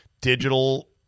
digital